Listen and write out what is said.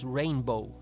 rainbow